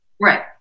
Right